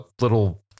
little